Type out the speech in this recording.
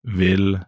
vil